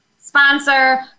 sponsor